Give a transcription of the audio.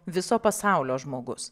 viso pasaulio žmogus